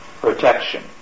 protection